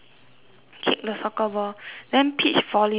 kick the soccer ball then peach volleyball lessons